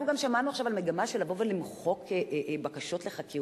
אנחנו גם שמענו עכשיו על מגמה של לבוא ולמחוק בקשות לחקירות,